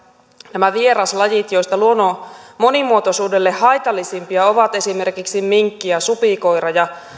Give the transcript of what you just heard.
nämä vieraslajit joista luonnon monimuotoisuudelle haitallisimpia ovat esimerkiksi minkki ja supikoira ja